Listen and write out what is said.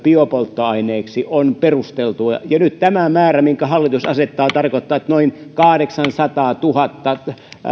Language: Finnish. biopolttoaineiksi on perusteltua ja nyt tämä määrä minkä hallitus asettaa tarkoittaa että noin kahdeksansataatuhatta